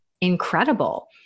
incredible